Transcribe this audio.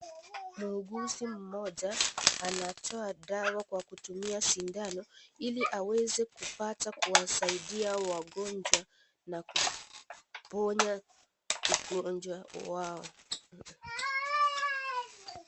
Muuguzi mmoja, anatoa dawa kwa kutumia sindano, ili apate kuwasaidia wagonjwa, na ku, ponya ugonjwa, wao.